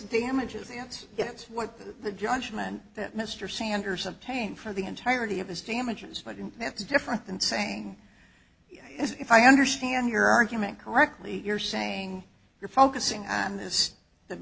the images and get the judgment that mr sanders of pain for the entirety of his damages but that's different than saying if i understand your argument correctly you're saying you're focusing on this the